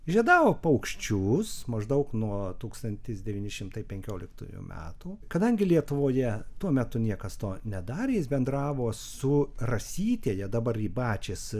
žiedavo paukščius maždaug nuo tūkstantis devyni šimtai penkioliktųjų metų kadangi lietuvoje tuo metu niekas to nedarė jis bendravo su rasytėje dabar rybačės